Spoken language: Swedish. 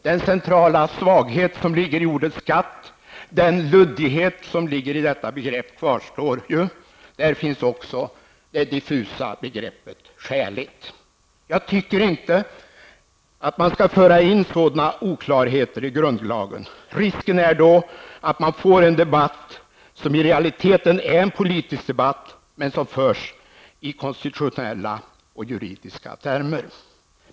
Den centrala svaghet som ligger i ordet ''skatt'', den luddighet som ligger i detta begrepp, kvarstår ju. Där finns också det diffusa begreppet ''skälig''. Jag tycker inte att man skall föra in sådana oklarheter i grundlagen. Risken är då att man får en debatt som i realiteten är en politisk debatt men som förs i konstitutionella och juridiska termer.